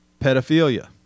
pedophilia